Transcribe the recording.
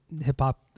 hip-hop